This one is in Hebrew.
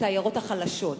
את העיירות החלשות,